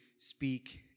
speak